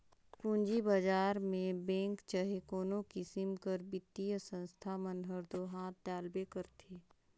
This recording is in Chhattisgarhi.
पूंजी बजार में बेंक चहे कोनो किसिम कर बित्तीय संस्था मन हर दो हांथ डालबे करथे